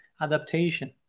Adaptation